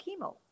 chemo